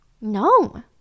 No